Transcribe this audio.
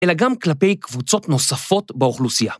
אלא גם כלפי קבוצות נוספות באוכלוסייה.